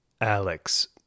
Alex